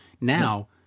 now